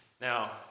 Now